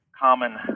common